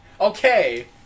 Okay